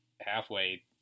halfway